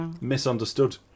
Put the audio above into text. misunderstood